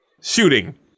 Shooting